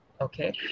okay